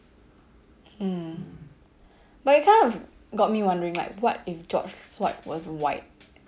mm but it kind of got me wondering like what if george floyd was white